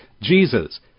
Jesus